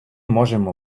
можемо